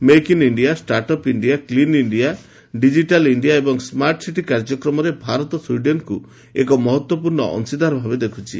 make in India startup India clean India digital India ଏବଂ smart city କାର୍ଯ୍ୟକ୍ରମରେ ଭାରତ ସ୍ୱିଡେନ୍କୁ ଏକ ମହତ୍ୱପୂର୍ଣ୍ଣ ଅଂଶିଦାର ଭାବେ ଦେଖୁଛି